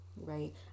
Right